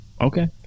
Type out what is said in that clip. Okay